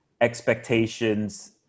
expectations